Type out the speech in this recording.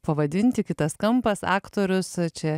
pavadinti kitas kampas aktorius čia